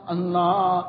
Allah